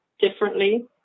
differently